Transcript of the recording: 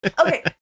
Okay